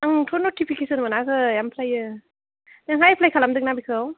आंथ' नथिपिकेसन मोनाखै ओमफ्रायो नोंहा एप्लाइ खालामदोंनो बेखौ